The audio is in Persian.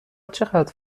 چقدر